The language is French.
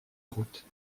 route